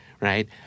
right